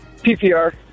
ppr